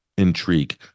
intrigue